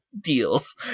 deals